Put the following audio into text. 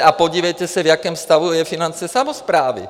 A podívejte se, v jakém stavu jsou finance samosprávy.